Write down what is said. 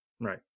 Right